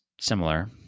similar